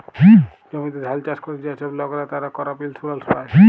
জমিতে ধাল চাষ ক্যরে যে ছব লকরা, তারা করপ ইলসুরেলস পায়